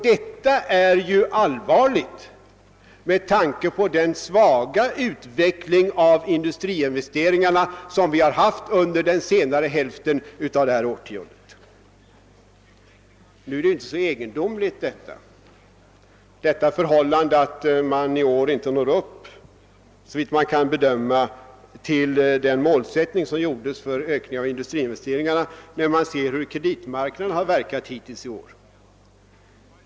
Detta är allvarligt med tanke på den svaga utveckling av <industriinvesteringarna som ägt rum under den senare hälften av det gångna årtiondet. Det förhållandet att man i år såvitt kan bedömas inte når upp till den målsättning som uppställts för industriinvesteringarnas ökning är kanske inte så egendomligt mot bakgrunden av kreditmarknadens hittillsvarande utveck ling under året.